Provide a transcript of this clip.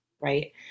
right